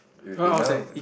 with dinner